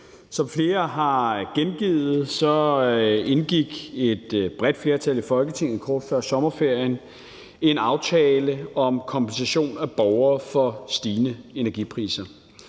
Som flere har gengivet, indgik et bredt flertal i Folketinget kort før sommerferien en aftale om kompensation af borgere for stigende energipriser.